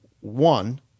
one